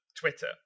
Twitter